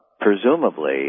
presumably